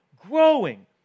growing